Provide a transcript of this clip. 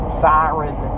siren